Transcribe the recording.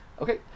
Okay